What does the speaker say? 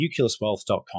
nucleuswealth.com